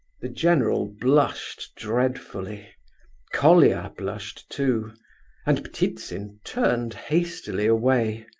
the general blushed dreadfully colia blushed too and ptitsin turned hastily away.